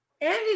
Andy